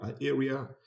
area